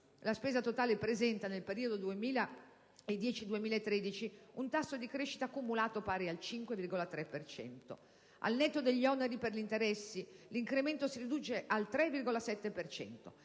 La spesa totale presenta, nel periodo 2010-2013, un tasso di crescita cumulato pari al 5,3 per cento; al netto degli oneri per interessi, l'incremento si riduce al 3,7